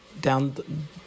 down